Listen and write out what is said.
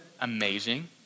amazing